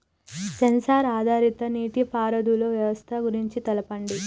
Censor ఆధారిత నీటిపారుదల వ్యవస్థ గురించి తెల్పండి?